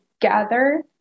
gather